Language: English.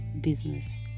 business